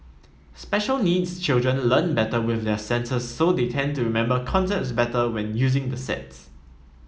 special needs children learn better with their senses so they tend to remember concepts better when using the sets